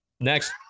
Next